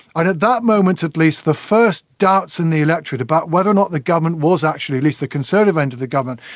and at that moment at least the first doubts in the electorate about whether or not the government was actually, at least the conservative end of the government,